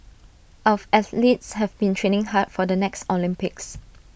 of athletes have been training hard for the next Olympics